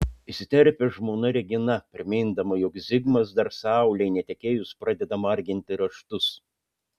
įsiterpia žmona regina primindama jog zigmas dar saulei netekėjus pradeda marginti raštus